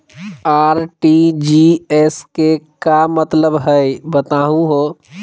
RTGS के का मतलब हई, बताहु हो?